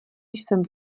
jsem